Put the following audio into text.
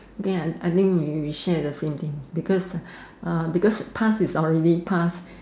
yeah I think will share the thing because uh because passes already passed